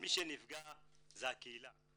מי שנפגע זו הקהילה.